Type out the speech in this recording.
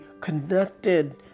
connected